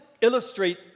illustrate